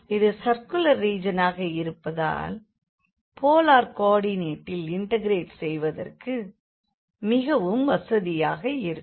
இது சர்க்குலர் ரீஜனாக இருப்பதால் போலார் கோ ஆர்டினேட்டில் இன்டக்ரேட் செய்வதற்கு மிகவும் வசதியாக இருக்கும்